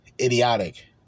idiotic